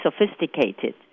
sophisticated